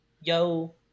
Yo